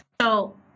So-